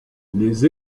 les